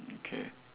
okay